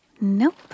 Nope